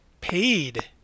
paid